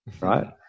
Right